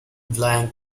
blank